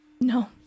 No